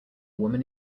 woman